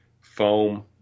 foam